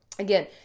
Again